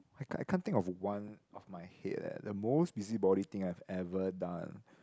I can't I can't think one of my head leh the most busybody thing I've ever done